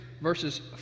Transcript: verses